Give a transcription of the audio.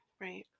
Right